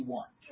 one